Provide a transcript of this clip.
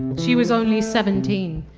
she was only seventeen.